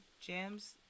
jams